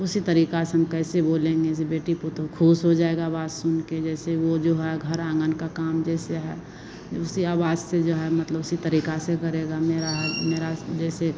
उसी तरीका से हम कैसे बोलेंगे जैसे बेटी पतोह खुश हो जाएगा बात सुन कर जैसे वो जो है घर आँगन का काम जैसे है जो उसी आवाज से जो है मतलब उसी तरीका से करेगा मेरा मेरा जैसे